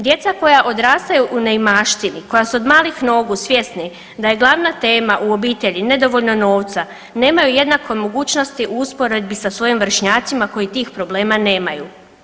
Djeca koja odrastaju u neimaštini, koja su od malih nogu svjesni da je glavna tema u obitelji nedovoljno novca nemaju jednake mogućnosti u usporedbi sa svojim vršnjacima koji tih problema nemaju.